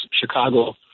Chicago